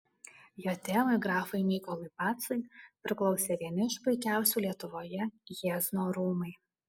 jo tėvui grafui mykolui pacui priklausė vieni iš puikiausių lietuvoje jiezno rūmai